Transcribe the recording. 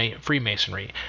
Freemasonry